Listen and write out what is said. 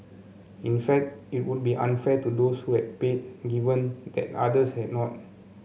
in fact it would be unfair to those way paid given that others had not